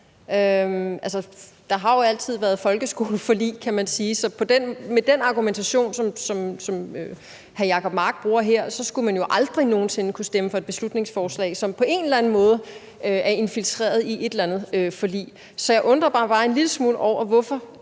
Der har jo altid været folkeskoleforlig, kan man sige, så med den argumentation, som hr. Jacob Mark bruger, skulle man jo aldrig nogen sinde kunne stemme for et beslutningsforslag, som på en eller anden måde er infiltreret i et eller andet forlig. Så jeg undrer mig bare en lille smule over, hvorfor